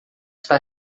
está